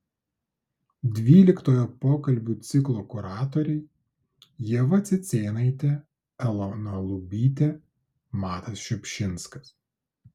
dvyliktojo pokalbių ciklo kuratoriai ieva cicėnaitė elona lubytė matas šiupšinskas